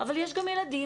אבל יש גם ילדים